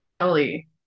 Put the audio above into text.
Kelly